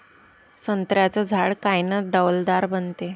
संत्र्याचं झाड कायनं डौलदार बनन?